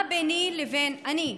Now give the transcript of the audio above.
אני,